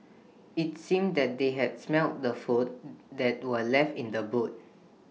IT seemed that they had smelt the food that were left in the boot